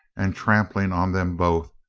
and trampling on them both,